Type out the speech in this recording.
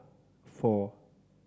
four